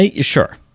Sure